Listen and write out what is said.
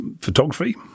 photography